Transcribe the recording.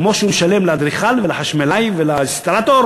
כמו שהוא משלם לאדריכל ולחשמלאי ולאינסטלטור